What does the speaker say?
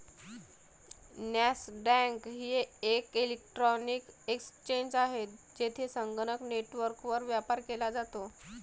Nasdaq एक electronic exchange आहे, जेथे संगणक नेटवर्कवर व्यापार केला जातो